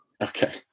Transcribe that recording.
okay